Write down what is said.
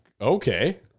okay